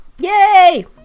Yay